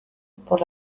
por